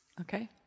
Okay